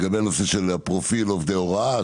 לגבי הנושא של פרופיל עובדי הוראה,